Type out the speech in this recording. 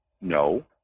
No